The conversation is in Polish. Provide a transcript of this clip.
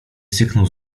syknął